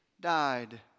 died